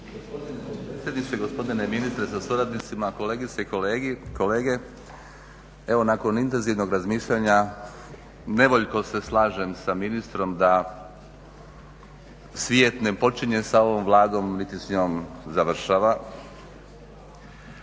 Gospodine potpredsjedniče, gospodine ministre sa suradnicima, kolegice i kolege. Evo nakon intenzivnog razmišljanja nevoljko se slažem sa ministrom da svijet ne počinje sa ovom Vladom niti s njom završava.